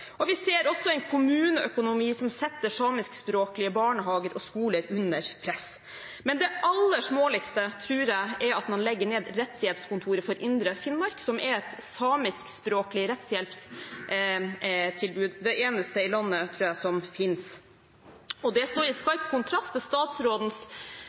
og vi ser også en kommuneøkonomi som setter samiskspråklige barnehager og skoler under press. Men det aller småligste tror jeg er at man legger ned Rettshjelpskontoret Indre Finnmark, som er et samiskspråklig rettshjelpstilbud – det eneste som fins i landet, tror jeg. Det står i